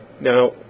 Now